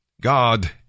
God